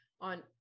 on